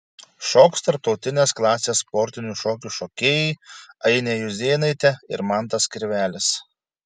šoks tarptautinės klasės sportinių šokių šokėjai ainė juzėnaitė ir mantas kirvelis